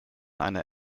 eine